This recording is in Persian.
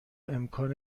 امکان